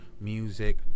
music